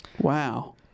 Wow